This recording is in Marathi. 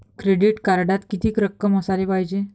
क्रेडिट कार्डात कितीक रक्कम असाले पायजे?